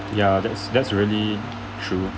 ya that's that's really true